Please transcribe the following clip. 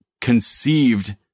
conceived